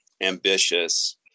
ambitious